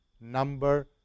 number